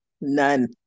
None